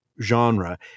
genre